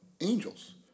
angels